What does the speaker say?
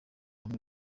hamwe